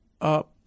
up